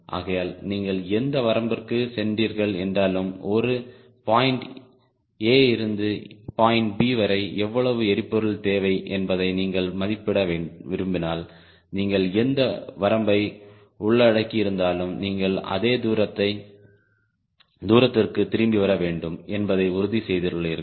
ஆகையால் நீங்கள் எந்த வரம்பிற்குச் சென்றீர்கள் என்றாலும் ஒரு பாயிண்ட் A இருந்து பாயிண்ட் B வரை எவ்வளவு எரிபொருள் தேவை என்பதை நீங்கள் மதிப்பிட விரும்பினால் நீங்கள் எந்த வரம்பை உள்ளடக்கியிருந்தாலும் நீங்கள் அதே தூரத்திற்கு திரும்பி வர வேண்டும் என்பதை உறுதிசெய்துள்ளீர்கள்